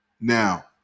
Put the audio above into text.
Now